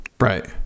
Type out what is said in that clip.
Right